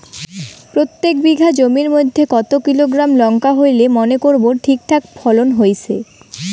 প্রত্যেক বিঘা জমির মইধ্যে কতো কিলোগ্রাম লঙ্কা হইলে মনে করব ঠিকঠাক ফলন হইছে?